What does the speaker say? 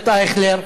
חבר הכנסת אייכלר,